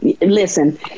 listen